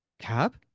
Cab